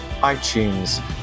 itunes